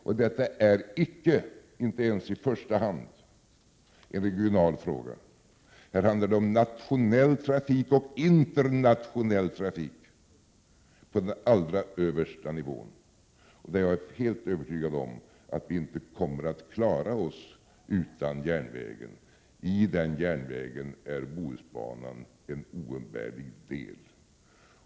Och detta är icke — inte ens i första hand — en regional fråga. Här handlar det om nationell trafik och internationell trafik på den allra högsta nivån, där jag är helt övertygad om att vi inte kommer att klara oss utan järnvägen. I den järnvägen är Bohusbanan en oumbärlig del.